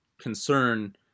concern